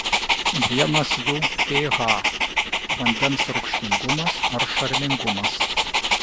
vienas jų ph vandens rūgštingumas ar šarmingumas